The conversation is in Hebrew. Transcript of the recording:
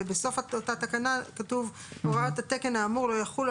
ובסוף אותה תקנה כתוב 'הוראות התקן האמור לא יחולו